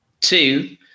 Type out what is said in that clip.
two